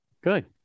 Good